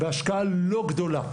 בהשקעה לא גדולה.